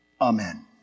Amen